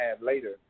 later